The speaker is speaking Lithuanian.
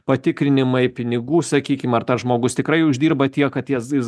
patikrinimai pinigų sakykim ar tas žmogus tikrai uždirba tiek kad jis jis